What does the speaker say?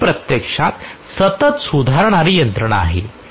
तर ही प्रत्यक्षात सतत सुधारणारी यंत्रणा आहे